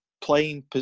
playing